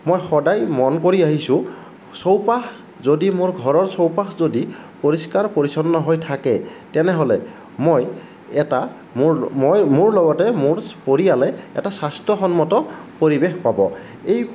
মই সদায় মন কৰি আহিছোঁ চৌপাশ যদি মোৰ ঘৰৰ চৌপাশ যদি পৰিষ্কাৰ পৰিচ্ছন্ন হৈ থাকে তেনেহলে মই মোৰ এটা মোৰ মই মোৰ লগতে মোৰ পৰিয়ালে এটা স্বাস্থ্য়সন্মত পৰিৱেশ পাব এই